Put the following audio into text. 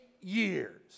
years